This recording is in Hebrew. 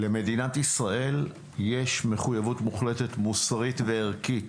למדינת ישראל יש מחויבות מוחלטת, מוסרית וערכית,